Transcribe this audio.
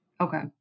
Okay